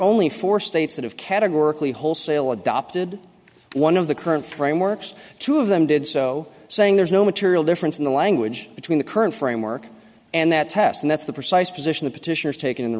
only four states that have categorically wholesale adopted one of the current framework two of them did so saying there's no material difference in the language between the current framework and that test and that's the precise position the petitioners taken in